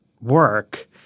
work